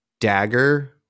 dagger